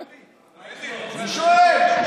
אני שואל.